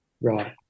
Right